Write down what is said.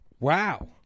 Wow